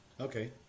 Okay